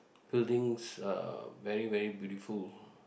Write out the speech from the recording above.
buildings are very very beautiful